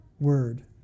word